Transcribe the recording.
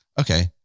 okay